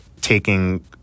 taking